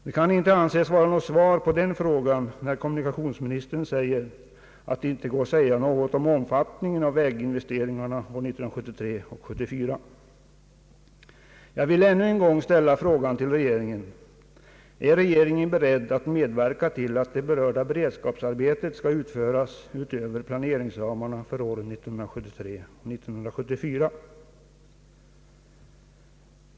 Det kan inte anses vara något svar på den frågan när kommunikationsministern påstår att det inte går att säga något om omfattningen av väginvesteringarna åren 1973 och 1974. Jag vill ännu en gång ställa frågan till regeringen: Är regeringen beredd att medverka till att det berörda beredskapsarbetet skall utföras utöver planeringsramarna för åren 1973 och 1974?